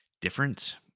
different